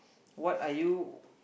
what are you